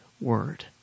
word